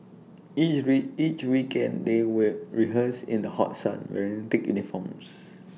each ray each weekend they will rehearse in the hot sun wearing thick uniforms